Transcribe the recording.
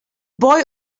boy